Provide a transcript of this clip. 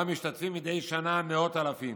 ובה משתתפים מדי שנה מאות אלפים.